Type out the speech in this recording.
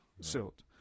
silt